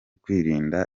kwirinda